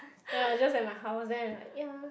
ya just at my house then I like ya